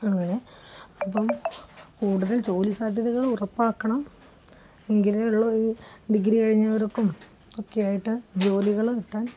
അങ്ങനെ അപ്പോള് കൂടുതൽ ജോലിസാധ്യതകള് ഉറപ്പാക്കണം എങ്കിലേയുള്ളൂ ഡിഗ്രി കഴിഞ്ഞവര്ക്കും ഒക്കെയായിട്ട് ജോലികള് കിട്ടാൻ